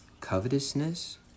covetousness